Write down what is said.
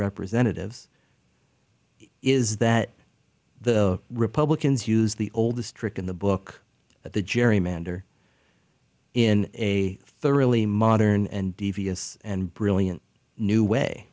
representatives is that the republicans use the oldest trick in the book at the gerrymander in a thoroughly modern and devious and brilliant new way